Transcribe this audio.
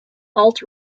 alt